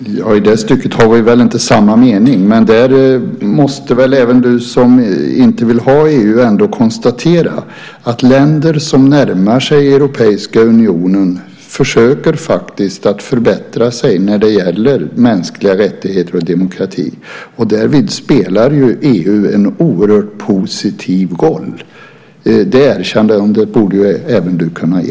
Fru talman! I det stycket har vi väl inte samma mening. Men där måste väl även du som inte vill ha EU ändå konstatera att länder som närmar sig Europeiska unionen faktiskt försöker förbättra sig när det gäller mänskliga rättigheter och demokrati. Och därvid spelar EU en oerhört positiv roll. Det erkännandet borde även du kunna ge.